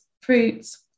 fruits